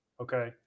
okay